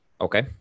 Okay